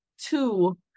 two